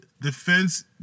Defense